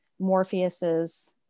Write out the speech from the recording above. Morpheus's